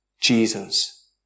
Jesus